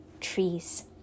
trees